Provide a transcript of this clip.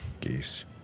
geese